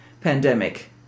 pandemic